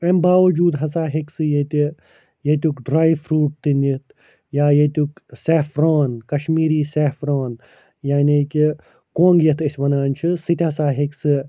اَمہِ باوجود ہَسا ہیٚکہِ سُہ ییٚتہِ ییٚتیٛک ڈرٛاے فرٛوٗٹ تہِ نِتھ یا ییٚتیٛک سیفران کَشمیٖری سیفران یعنی کہ کوٚنگ یتھ أسۍ وَنان چھِ سُہ تہِ ہَسا ہیٚکہِ سُہ